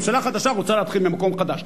ממשלה חדשה רוצה להתחיל ממקום חדש,